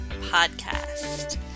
Podcast